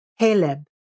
Haleb